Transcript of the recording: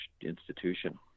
institution